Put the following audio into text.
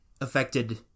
affected